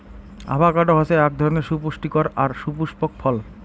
avocado হসে আক ধরণের সুপুস্টিকর আর সুপুস্পক ফল